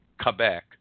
quebec